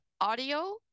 audio